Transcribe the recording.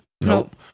Nope